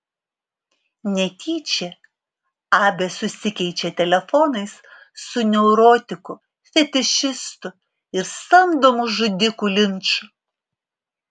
netyčia abė susikeičia telefonais su neurotiku fetišistu ir samdomu žudiku linču